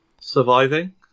Surviving